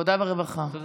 עבודה ורווחה.